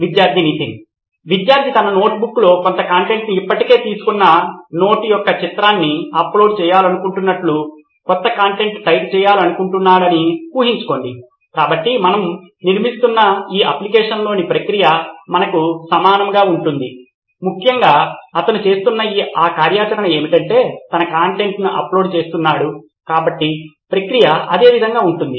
విద్యార్థి నితిన్ విద్యార్థి తన నోట్బుక్లో కొంత కంటెంట్ ఇప్పటికే తీసుకున్న నోట్ యొక్క చిత్రాన్ని అప్లోడ్ చేయాలనుకుంటున్నట్లు క్రొత్త కంటెంట్ టైప్ చేయాలనుకుంటున్నాడని ఊహించుకోండి కాబట్టి మనము నిర్మిస్తున్న ఈ అప్లికేషన్లోని ప్రక్రియ మనకు సమానంగా ఉంటుంది ముఖ్యంగా అతను చేస్తున్న ఆ కార్యాచరణ ఏమిటంటే తన కంటెంట్ను అప్లోడ్ చేస్తున్నాడు కాబట్టి ప్రక్రియ అదే విధంగా ఉంటుంది